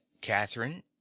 catherine